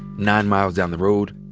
nine miles down the road,